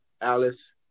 alice